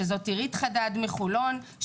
שזאת עירית חדד מחולון,